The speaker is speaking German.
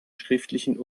schriftlichen